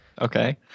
Okay